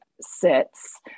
sits